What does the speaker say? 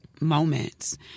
moments